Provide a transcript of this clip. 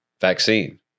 vaccine